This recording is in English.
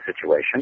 situation